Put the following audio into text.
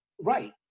Right